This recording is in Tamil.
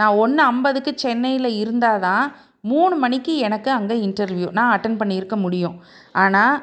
நான் ஒன்று ஐம்பதுக்கு சென்னையில் இருந்தால் தான் மூணு மணிக்கு எனக்கு அங்கே இன்டர்வியூ நான் அட்டன் பண்ணியிருக்க முடியும் ஆனால்